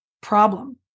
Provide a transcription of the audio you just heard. problem